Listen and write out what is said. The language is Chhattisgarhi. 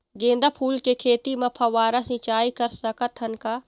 गेंदा फूल के खेती म फव्वारा सिचाई कर सकत हन का?